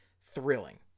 thrilling